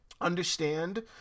understand